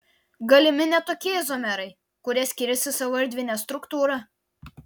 galimi net tokie izomerai kurie skiriasi savo erdvine struktūra